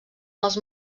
els